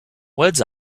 words